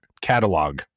catalog